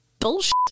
Bullshit